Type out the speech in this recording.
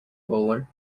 bowler